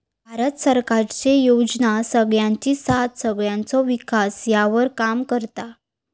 भारत सरकारचे योजना सगळ्यांची साथ सगळ्यांचो विकास ह्यावर काम करता